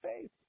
faith